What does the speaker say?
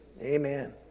amen